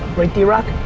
right, drock.